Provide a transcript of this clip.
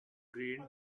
grain